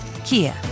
Kia